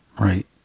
Right